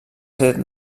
ser